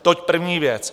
Toť první věc.